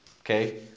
Okay